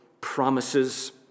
promises